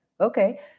Okay